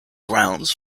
grounds